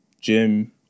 Gym